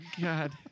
god